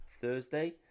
Thursday